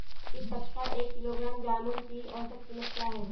इस सप्ताह एक किलोग्राम जामुन की औसत कीमत क्या है?